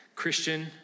Christian